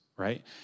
Right